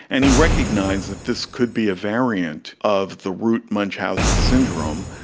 and he recognised that this could be a variant of the root munchausen syndrome,